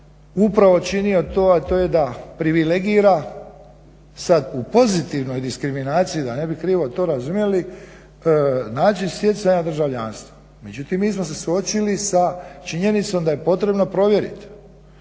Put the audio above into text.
upravo činio to a to je da privilegira sad u pozitivnoj diskriminaciji da ne bi krivo to razumjeli način stjecanja državljanstva. Međutim mi smo se suočili sa činjenicom da je potrebno provjeriti